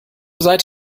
seid